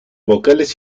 vocales